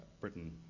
Britain